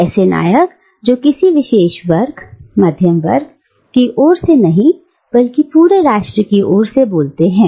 ऐसे नायक जो किसी विशेष वर्ग मध्यमवर्ग की ओर से नहीं बल्कि पूरे राष्ट्र की ओर से बोलते हैं